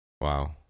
wow